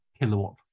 kilowatt